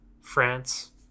France